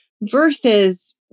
versus